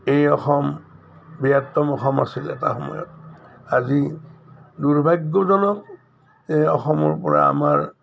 এই অসম বৃহত্তম অসম আছিল এটা সময়ত আজি দুৰ্ভাগ্যজনক এই অসমৰ পৰা আমাৰ